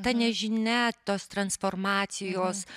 ta nežinia tos transformacijos